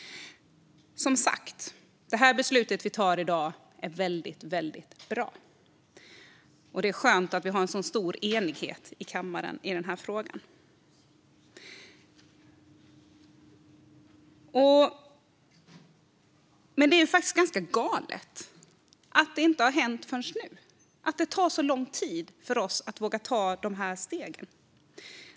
Som sagt, det beslut vi tar i dag är väldigt bra, och det är skönt att vi har en så stor enighet i kammaren i den här frågan. Men det är faktiskt ganska galet att det inte har hänt förrän nu och att det har tagit så lång tid för oss att våga ta de här stegen.